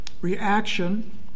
reaction